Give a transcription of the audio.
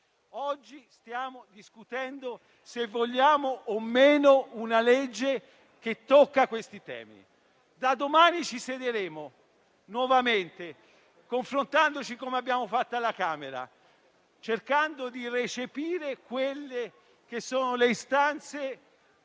Oggi stiamo discutendo se vogliamo o no una legge che tocca questi temi. Da domani ci siederemo nuovamente, confrontandoci come abbiamo fatto alla Camera, cercando di recepire le istanze